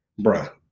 Bruh